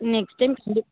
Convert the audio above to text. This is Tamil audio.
next time Kandy